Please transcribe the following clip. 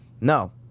No